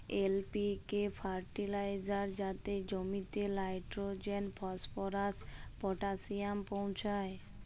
LPK fertiliser যাতে জমিতে nitrogen, phosphorus, potassium পৌঁছায়